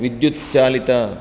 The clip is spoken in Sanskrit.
विद्युत्चालित